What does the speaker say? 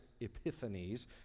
Epiphanes